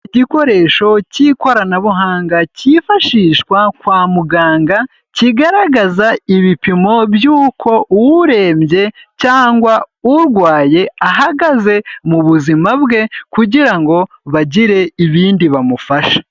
Igikoresho cy'ikoranabuhanga cyifashishwa kwa muganga, kigaragaza ibipimo by'uko urembye cyangwa urwaye ahagaze mu buzima bwe kugira ngo bagire ibindi bamufasha.